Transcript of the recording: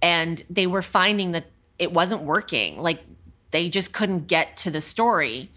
and they were finding that it wasn't working like they just couldn't get to the story.